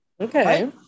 Okay